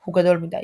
הוא גדול למדי.